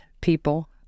people